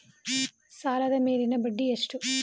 ಸಾಲದ ಮೇಲಿನ ಬಡ್ಡಿ ಎಷ್ಟು?